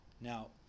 Now